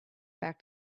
back